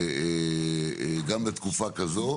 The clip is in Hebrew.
גם בתקופה כזו,